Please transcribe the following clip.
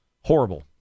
Horrible